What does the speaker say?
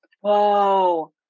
Whoa